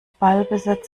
ballbesitz